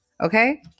Okay